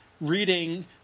reading